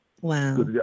Wow